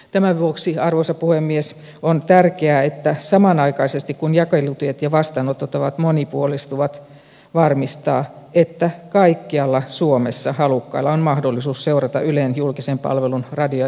tämän vuoksi arvoisa puhemies on tärkeää samanaikaisesti kun jakelutiet ja vastaanottotavat monipuolistuvat varmistaa että kaikkialla suomessa halukkailla on mahdollisuus seurata ylen julkisen palvelun radio ja tv kanavia